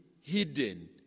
hidden